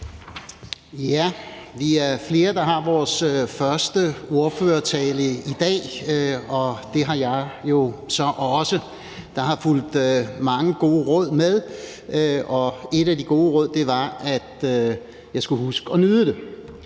Vi er flere, der har vores første ordførertale i dag, og det har jeg jo så også. Der er fulgt mange gode råd med, og et af de gode råd var, at jeg skulle huske at nyde det.